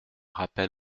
rappel